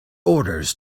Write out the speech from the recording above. orders